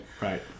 Right